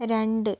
രണ്ട്